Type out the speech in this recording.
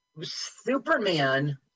Superman